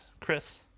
Chris